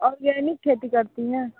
organic खेती करती हैं